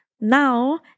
now